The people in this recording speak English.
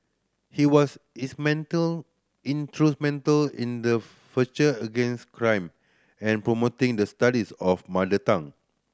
he was instrumental in the against crime and promoting the studies of mother tongue